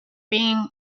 being